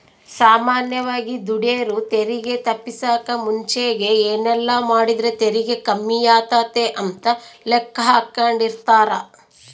ಸಾಮಾನ್ಯವಾಗಿ ದುಡೆರು ತೆರಿಗೆ ತಪ್ಪಿಸಕ ಮುಂಚೆಗೆ ಏನೆಲ್ಲಾಮಾಡಿದ್ರ ತೆರಿಗೆ ಕಮ್ಮಿಯಾತತೆ ಅಂತ ಲೆಕ್ಕಾಹಾಕೆಂಡಿರ್ತಾರ